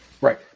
Right